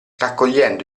raccogliendo